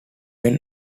pen